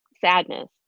sadness